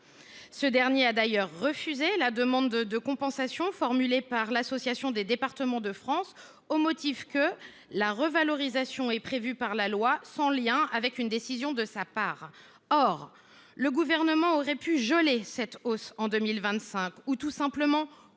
Ce dernier a d’ailleurs refusé la demande de compensation formulée par l’association Départements de France, au motif que la revalorisation est prévue par la loi est sans lien avec une décision de sa part. Le Gouvernement aurait pourtant pu geler cette hausse en 2025 ou, tout simplement,